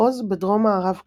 מחוז בדרום-מערב קנדה,